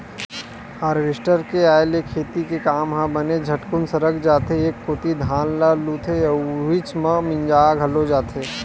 harvester के आय ले खेती के काम ह बने झटकुन सरक जाथे एक कोती धान ल लुथे अउ उहीच म मिंजा घलो जथे